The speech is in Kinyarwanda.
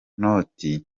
inoti